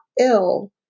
ill